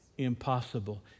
impossible